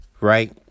right